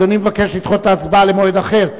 אדוני מבקש לדחות את ההצבעה למועד אחר?